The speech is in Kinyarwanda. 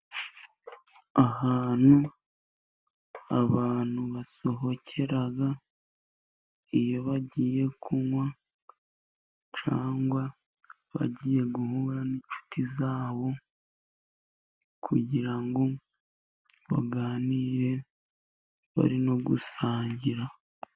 Ahantu abantu basohokera iyo bagiye kunywa cyangwa bagiye guhura n'inshuti zabo, kugira ngo baganire bari no gusangira.